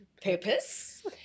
purpose